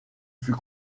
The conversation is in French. fut